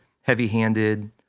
heavy-handed